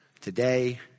today